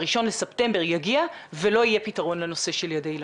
שה-1 לספטמבר יגיע ולא יהיה פתרון לנושא של ילדי היל"ה.